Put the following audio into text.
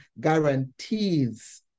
guarantees